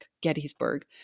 Gettysburg